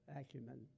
acumen